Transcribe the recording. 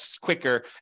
quicker